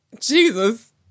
Jesus